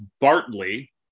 bartley